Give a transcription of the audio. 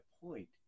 point